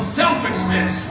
selfishness